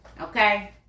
okay